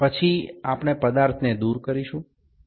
তারপরে আমরা জিনিসটি সরিয়ে ফেলব